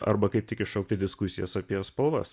arba kaip tik iššaukti diskusijas apie spalvas